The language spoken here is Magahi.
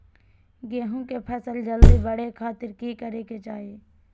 गेहूं के फसल जल्दी बड़े खातिर की करे के चाही?